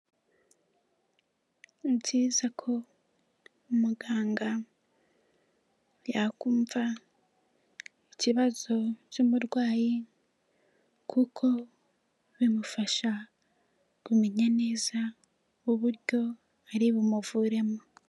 Ni byiza ko umuganga yakumva ikibazo cy'umurwayi kuko bimufasha kumenya neza uburyo ari bumuviremo.